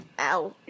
Ow